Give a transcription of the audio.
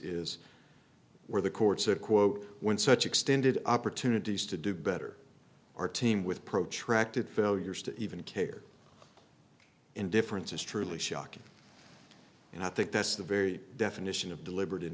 is where the court said quote when such extended opportunities to do better are team with protracted failures to even care indifference is truly shocking and i think that's the very definition of deliber